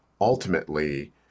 ultimately